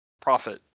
profit